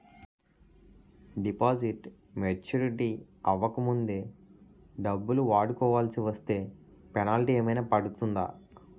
Deposit maturity అవ్వక ముందే డబ్బులు వాడుకొవాల్సి వస్తే పెనాల్టీ ఏదైనా పడుతుందా?